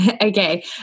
Okay